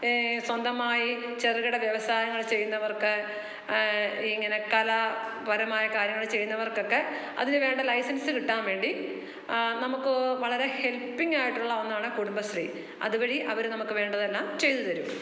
സ്വന്തമായി ചെറുകിട വ്യവസായങ്ങൾ ചെയ്യുന്നവർക്ക് ഇങ്ങനെ കലാപരമായി കാര്യങ്ങൾ ചെയ്യുന്നവർകൊക്കെ അതിന് വേണ്ട ലൈസൻസ് കിട്ടാൻ വേണ്ടി നമുക്ക് വളരെ ഹെൽപ്പിങ്ങായിട്ടുള്ള ഒന്നാണ് കുടുംബശ്രീ അത് വഴി അവര് നമുക്ക് വേണ്ടതെല്ലാം ചെയ്തു തരും